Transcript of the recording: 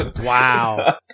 Wow